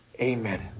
Amen